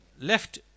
left